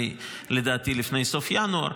לפני סוף ינואר.